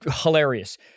hilarious